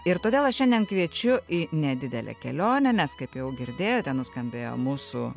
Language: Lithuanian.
ir todėl šiandien kviečiu į nedidelę kelionę nes kaip jau girdėjote nuskambėjo mūsų